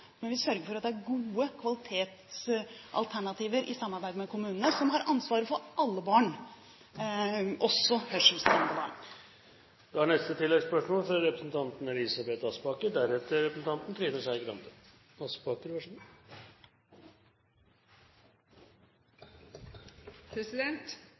for at det er gode kvalitetsalternativer i samarbeid med kommunene, som har ansvar for alle barn – også